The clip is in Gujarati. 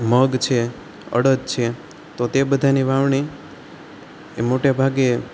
મગ છે અડદ છે તો તે બધાની વાવણી એ મોટે ભાગે